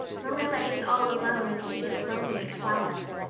marilla is all alone and she gets lonely at twilight.